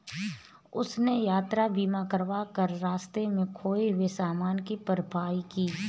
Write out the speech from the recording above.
उसने यात्रा बीमा करवा कर रास्ते में खोए हुए सामान की भरपाई की